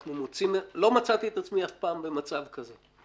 לא מצאתי את עצמי אף פעם במצב כזה.